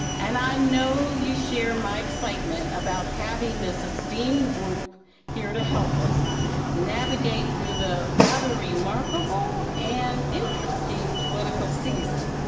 and i know you share my excitement about having this esteemed group here to help us navigate through the rather remarkable and interesting political season.